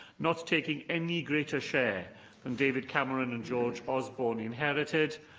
not taking any greater share than david cameron and george osborne inherited,